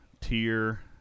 Tier